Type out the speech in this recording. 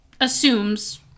assumes